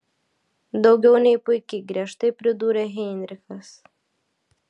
daugiau nei puiki griežtai pridūrė heinrichas